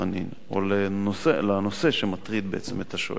חנין או בנושא שמטריד בעצם את השואל.